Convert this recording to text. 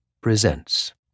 presents